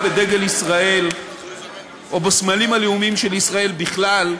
בארץ-ישראל או בסמלים הלאומיים של ישראל בכלל,